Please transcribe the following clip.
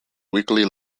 weekly